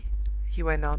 he went on.